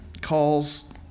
calls